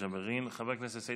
חבר הכנסת יוסף ג'בארין.